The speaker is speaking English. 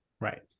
right